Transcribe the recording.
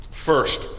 First